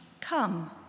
come